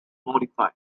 modified